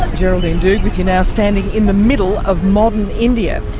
geraldine doogue with you now, standing in the middle of modern india,